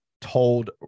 told